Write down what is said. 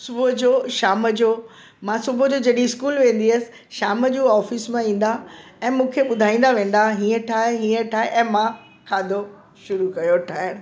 सुबुह जो शाम जो मां सुबुह जो जॾहिं इस्कूल वेंदी हुयसि शाम जो ऑफ़िस मां ईंदा ऐं मूंखे ॿुधाईंदा वेंदा हीअं ठाहे हीअं ठाहे ऐं मां खाधो शुरू कयो ठाहिण